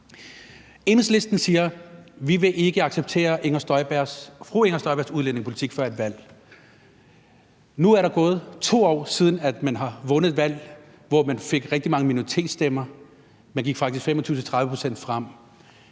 Enhedslisten siger: Vi vil ikke acceptere fru Inger Støjbergs udlændingepolitik før et valg. Nu er der gået 2 år, siden man har vundet et valg, hvor man fik rigtig mange minoritetsstemmer. Man gik faktisk 25-30 pct. frem.